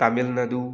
Tamil Nadu